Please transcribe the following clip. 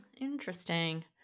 Interesting